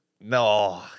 No